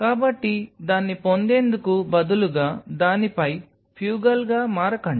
కాబట్టి దాన్ని పొందేందుకు బదులుగా దానిపై ఫ్యూగల్గా మారకండి